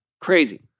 Crazy